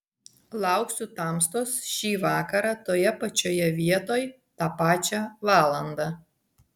lauksiu tamstos šį vakarą toje pačioje vietoj tą pačią valandą